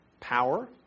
power